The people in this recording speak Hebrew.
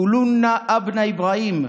כולנו בניו של אברהם.